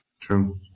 True